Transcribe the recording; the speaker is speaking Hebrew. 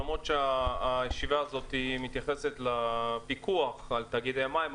למרות שהישיבה הזו מתייחסת לפיקוח על תאגידי המים,